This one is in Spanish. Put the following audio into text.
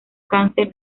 cáncer